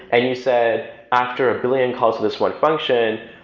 and you said after a billion calls this one function,